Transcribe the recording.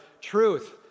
Truth